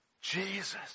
Jesus